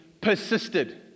persisted